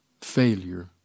Failure